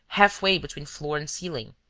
half-way between floor and ceiling.